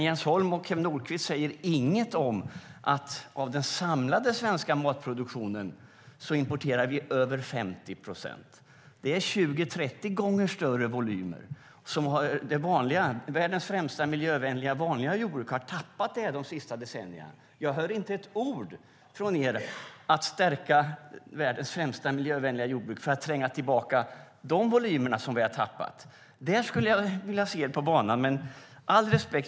Jens Holm och Kew Nordqvist säger däremot ingenting om att vi av den samlade svenska matproduktionen importerar över 50 procent. Det är 20-30 gånger större volymer som världens främsta miljövänliga jordbruk har tappat de senaste decennierna. Jag hör inte ett ord från dem om att stärka världens främsta miljövänliga jordbruk för att ta tillbaka de volymer som vi har tappat. Där skulle jag vilja se dem på banan.